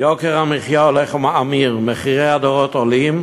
יוקר המחיה הולך ומאמיר, מחירי הדירות עולים,